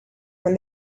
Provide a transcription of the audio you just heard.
when